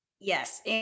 Yes